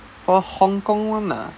for Hong-Kong one ah